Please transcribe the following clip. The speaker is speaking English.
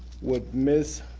would ms.